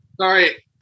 Sorry